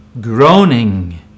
groaning